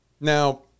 Now